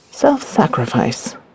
Self-sacrifice